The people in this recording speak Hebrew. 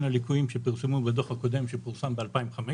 הליקויים שפרסמו בדוח הקודם שפורסם ב-2015,